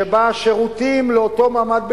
שבו השירותים לאותו מעמד בינוני,